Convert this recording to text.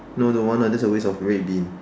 no don't want that's a waste of red bean